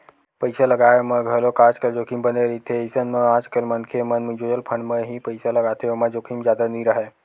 पइसा लगाय म घलोक आजकल जोखिम बने रहिथे अइसन म आजकल मनखे मन म्युचुअल फंड म ही पइसा लगाथे ओमा जोखिम जादा नइ राहय